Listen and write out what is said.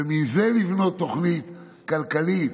ומזה לבנות תוכנית כלכלית